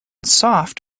soft